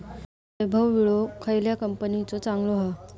वैभव विळो खयल्या कंपनीचो चांगलो हा?